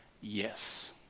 Yes